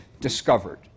discovered